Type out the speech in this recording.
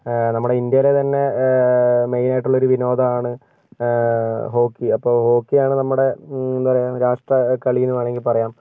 നമ്മുടെ ഇന്ത്യയിലെ തന്നെ മൈനായിട്ടുള്ള ഒരു വിനോദമാണ് ഹോക്കി അപ്പോൾ ഹോക്കിയാണ് നമ്മുടെ എന്താണ് രാഷ്ട്ര കളി എന്ന് വേണമെങ്കിൽ പറയാം